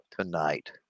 tonight